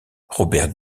robert